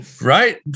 right